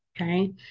okay